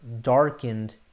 darkened